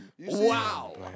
Wow